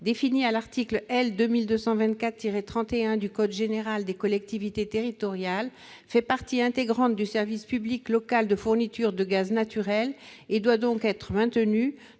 définie à l'article L. 2224-31 du code général des collectivités territoriale, fait partie intégrante du service public local de fourniture de gaz naturel et doit donc être maintenue,